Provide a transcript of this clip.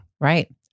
Right